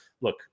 look